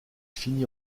finit